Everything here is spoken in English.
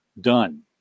done